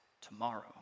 tomorrow